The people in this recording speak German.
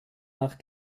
nach